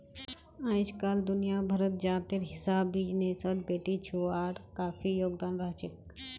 अइजकाल दुनिया भरत जातेर हिसाब बिजनेसत बेटिछुआर काफी योगदान रहछेक